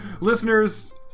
Listeners